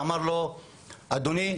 אדוני,